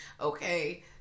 Okay